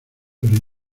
pero